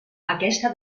aquesta